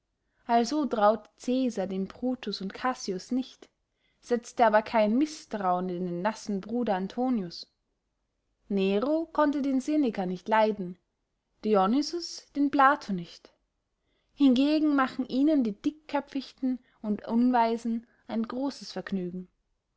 also traute cäsar dem brutus und cassius nicht setzte aber kein mißtrauen in den nassen bruder antonius nero konnte den seneca nicht leiden dionysius den plato nicht hingegen machen ihnen die dickköpfichten und unweisen ein grosses vergnügen